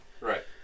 Right